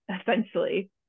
essentially